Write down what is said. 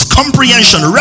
comprehension